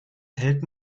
erhält